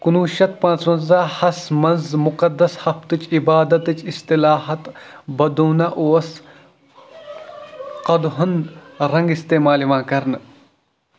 کُنوُہ شتھ پانٛژوَنٛزاہ ہس منٛز مُقدس ہفتٕچ عبادتٕچ اصطلاحت بدُونا اوس قۄدہن رنٛگ استعمال یِوان کرنہٕ